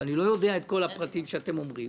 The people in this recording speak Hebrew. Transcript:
ואני לא יודע את כל הפרטים שאתם אומרים